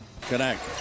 Connect